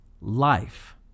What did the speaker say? life